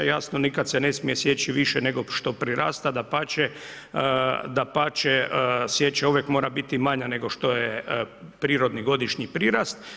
Jasno nikad se ne smije sječi više nego što prirasta, dapače, sječa uvijek mora biti manja nego što je prirodni godišnji prirast.